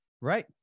right